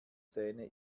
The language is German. zähne